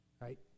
Right